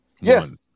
yes